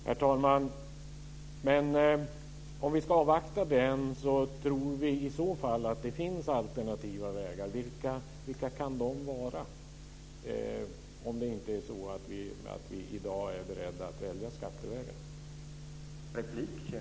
Herr talman! Men om vi ska avvakta den tror vi i så fall att det finns alternativa vägar. Vilka kan de vara, om det inte är så att vi i dag är beredda att välja skattevägen?